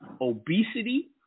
obesity